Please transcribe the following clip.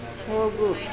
ಹೋಗು